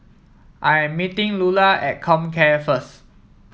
I am meeting Lulla at Comcare first